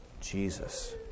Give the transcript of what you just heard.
Jesus